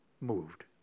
moved